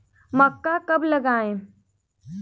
मक्का कब लगाएँ?